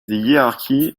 hierarchy